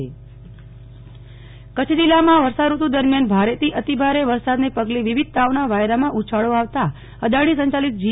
નેહલ ઠક્કર અદાણી સારવાર કચ્છ જિલ્લામાં વર્ષાઋતુ દરમિયાન ભારેથી અતિ ભારે વરસાદને પગલે વિવિધ તાવના વાયરામાં ઉછાળો આવતા અદાણી સંચાલિત જી